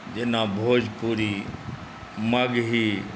जेना भोजपुरी मगही